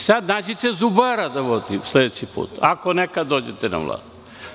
Sad, nađite zubara da vodi sledeći put, ako nekad dođete na vlast.